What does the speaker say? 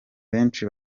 benshi